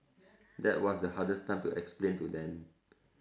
that was the hardest time to explain to them